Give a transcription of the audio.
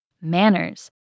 Manners